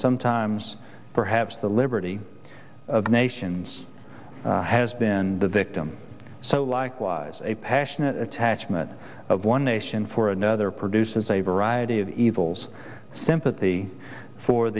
sometimes perhaps the liberty of nations has been the victim so likewise a passionate attachment of one nation for another produces a variety of evils sympathy for